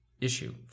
issue